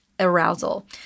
Arousal